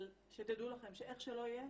אבל שתדעו לכם שאיך שלא יהיה